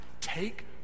take